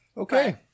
okay